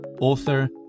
author